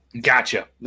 Gotcha